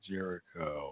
Jericho